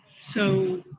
so,